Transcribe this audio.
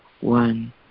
one